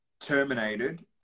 terminated